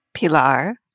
Pilar